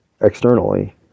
externally